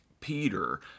Peter